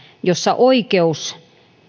jossa oikeus